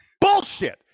Bullshit